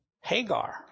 Hagar